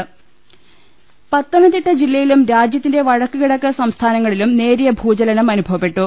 ൾ ൽ ൾ പത്തനംതിട്ട് ജില്ലയിലും രാജ്യത്തിന്റെ വടക്ക് കിഴക്ക് സംസ്ഥാനങ്ങ ളിലും നേരിയ ഭൂചലനം അനുഭവപ്പെട്ടു